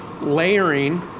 layering